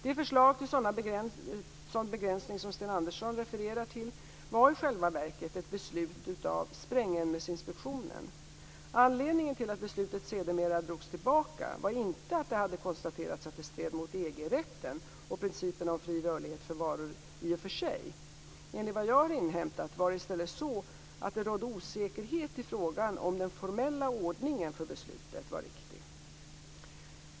Det förslag till sådan begränsning som Sten Andersson refererar till var i själva verket ett beslut av Sprängämnesinspektionen. Anledningen till att beslutet sedermera drogs tillbaka var inte att det hade konstaterats att det stred mot EG-rätten och principerna om fri rörlighet för varor i och för sig. Enligt vad jag har inhämtat var det i stället så att det rådde osäkerhet i frågan om den formella ordningen för beslutet var riktig.